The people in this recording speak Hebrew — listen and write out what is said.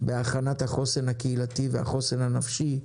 זה בהכנת החוסן הקהילתי, והחוסן הנפשי,